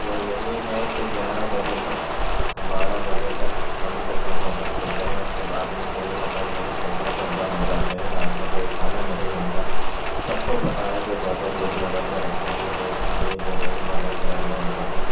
وہ یہی ہیں کہ گیارہ بجے تک بارہ بجے تک کم سے کم ہوٹل کھلتے ہیں اس کے بعد میں کوئی ہوٹل نہیں کھلتا سب بند ہو جاتے ہیں رات میں کوئی کھانا نہیں ملتا سب کو پتا ہے جو گوتم بدھ نگر میں رہتے ہیں تو اس لیے جو روز مرہ کے رہنے والے ہیں